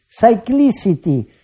cyclicity